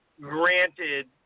granted